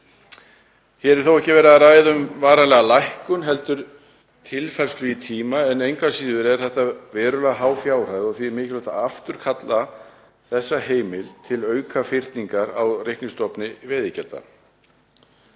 Hér er þó ekki verið að ræða um varanlega lækkun heldur tilfærslu í tíma en engu að síður er þetta verulega há fjárhæð og því mikilvægt að afturkalla þessa heimild til aukafyrningar á reiknistofni veiðigjalda.